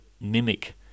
mimic